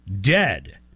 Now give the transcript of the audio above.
dead